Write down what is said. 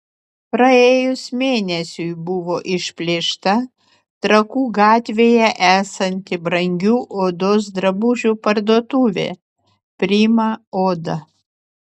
praėjus mėnesiui buvo išplėšta trakų gatvėje esanti brangių odos drabužių parduotuvė prima oda